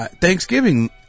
Thanksgiving